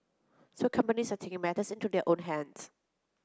so companies are taking matters into their own hands